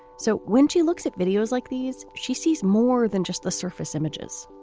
so when she looks at videos like these, she sees more than just the surface images